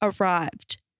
arrived